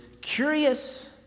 curious